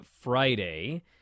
Friday